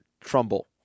Trumbull